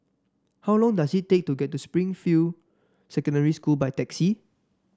how long does it take to get to Springfield Secondary School by taxi